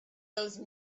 those